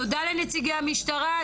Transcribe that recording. תודה לנציגי המשטרה.